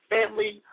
Family